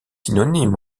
synonymes